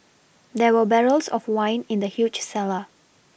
there were barrels of wine in the huge cellar